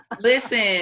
listen